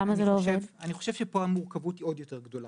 למה זה לא עובד.) אני חושב שפה המורכבות עוד יותר גדולה,